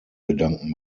gedanken